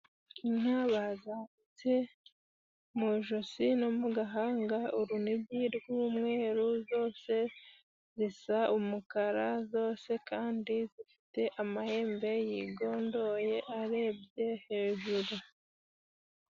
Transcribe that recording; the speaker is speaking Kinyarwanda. Inka bazambitse mu ijosi no mu gahanga urunigi rw'umweru, zose zisa umukara zose kandi zifite amahembe yigondoye arebye hejuru.